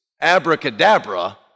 abracadabra